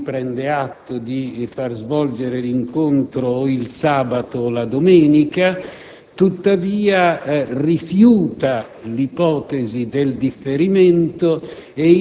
in relazione all'impossibilità, di cui prende atto, di far svolgere l'incontro o il sabato o la domenica, tuttavia rifiuta